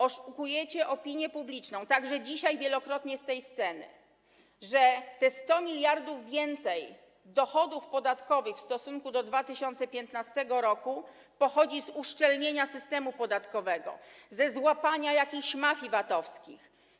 Oszukujecie opinię publiczną, także dzisiaj wielokrotnie z tej mównicy, że te 100 mld więcej dochodów podatkowych w stosunku do 2015 r. pochodzi z uszczelnienia systemu podatkowego, ze złapania jakichś mafii VAT-owskich.